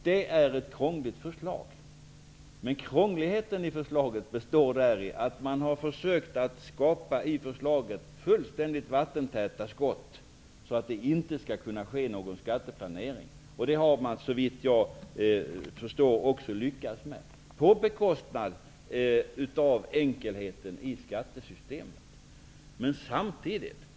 Det är ett krångligt förslag, men krångligheten består däri att man har försökt skapa fullständigt vattentäta skott, för att det inte skall ske någon skatteplanering. Såvitt jag förstår, har man också lyckats med det -- på bekostnad av enkelheten i skattesystemet.